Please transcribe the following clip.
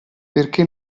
perché